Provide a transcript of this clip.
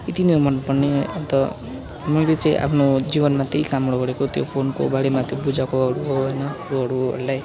यति नै हो मनपर्ने त मैले चाहिँ आफ्नो जीवनमा त्यही कामहरू गरेको त्यो फोनको बारेमा त्यो बुझाएकोहरू हो होइन